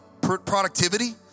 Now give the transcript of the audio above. productivity